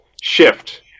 shift